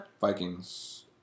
Vikings